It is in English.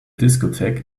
discotheque